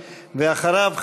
ואחריו,